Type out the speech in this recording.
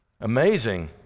Amazing